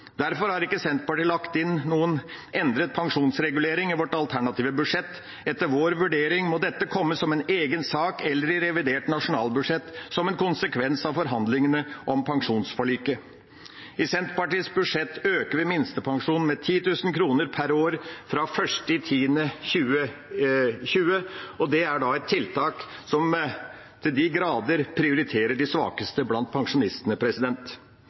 Derfor har ikke Senterpartiet lagt inn noen endret pensjonsregulering i vårt alternative budsjett. Etter vår vurdering må dette komme som en egen sak eller i revidert nasjonalbudsjett som en konsekvens av forhandlingene om pensjonsforliket. I Senterpartiets budsjett øker vi minstepensjonen med 10 000 kr per år fra 1. oktober 2020, og det er et tiltak som til de grader prioriterer de svakeste blant pensjonistene.